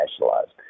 nationalized